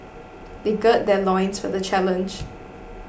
they gird their loins for the challenge